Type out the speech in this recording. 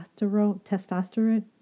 Testosterone